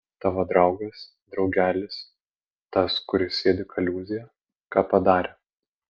tavo draugas draugelis tas kur sėdi kaliūzėje ką padarė